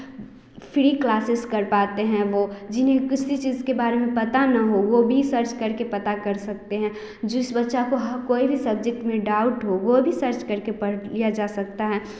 free classes कर पाते हैं वे जिन्हें किसी चीज़ के बारे में पता न हो वे भी सर्च करके पता कर सकते हैं जिस बच्चा को अगर कोई भी सब्जेक्ट में डाउट हो वह भी सर्च करके पढ़ लिया जा सकता है